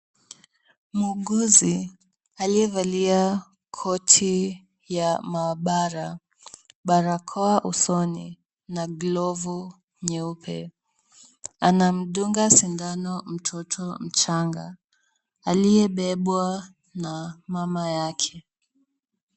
Muuguzi aliyevalia koti ya maabara, barakoa usoni na glovu nyeupe anamdunga sindano mtoto mchanga aliyebebwa na mama yake.